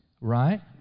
right